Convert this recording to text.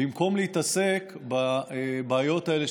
במקום להתעסק בבעיות האלה,